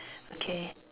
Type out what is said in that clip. okay